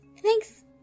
Thanks